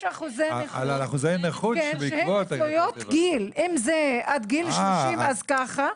יש אחוזי נכות שהם תלויי גיל: אם זה עד גיל 30 אז ככה,